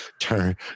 turn